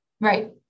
Right